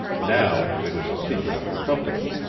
now it is a secret of the company.